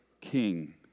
king